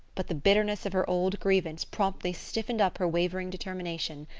but the bitterness of her old grievance promptly stiffened up her wavering determination.